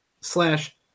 slash